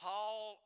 Paul